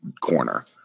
corner